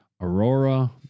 Aurora